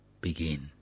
begin